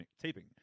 taping